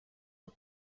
aux